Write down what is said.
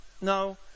no